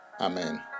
Amen